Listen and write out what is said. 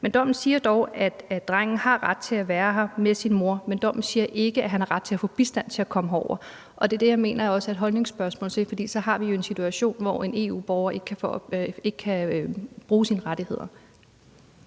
dommen siger dog, at drengen har ret til at være her med sin mor. Men dommen siger ikke, at han har ret til at få bistand til at komme herover, og det er det, jeg også mener er et holdningsspørgsmål, for så har vi jo en situation, hvor en EU-borger ikke kan gøre brug af sine rettigheder.